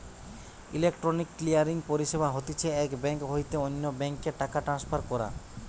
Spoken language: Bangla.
ইলেকট্রনিক ক্লিয়ারিং পরিষেবা হতিছে এক বেঙ্ক হইতে অন্য বেঙ্ক এ টাকা ট্রান্সফার করা